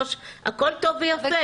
הכול טוב ויפה.